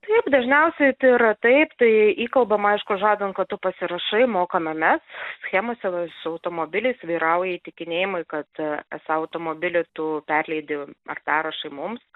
taip dažniausiai tai yra taip tai įkalbama aišku žadant kad tu pasirašai mokame mes schemose su automobiliais vyrauja įtikinėjimai kad esą automobilį tu perleidi ar parašai mums